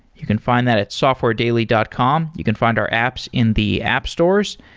you can find that at softwaredaily dot com. you can find our apps in the app stores.